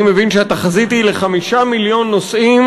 אני מבין שהתחזית היא ל-5 מיליון נוסעים